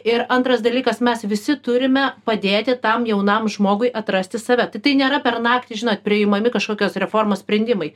ir antras dalykas mes visi turime padėti tam jaunam žmogui atrasti save tai nėra per naktį žinot priimami kažkokios reformos sprendimai